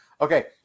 Okay